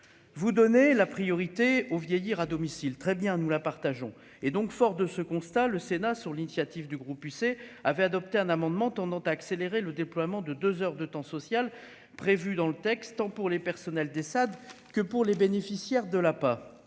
vous donner la priorité aux vieillir à domicile, très bien, nous la partageons et donc fort de ce constat, le Sénat sur l'initiative du groupe UC avait adopté un amendement tendant à accélérer le déploiement de 2 heures de temps social prévu dans le texte, tant pour les personnels des que pour les bénéficiaires de la